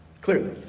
Clearly